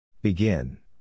Begin